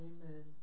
Amen